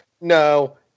no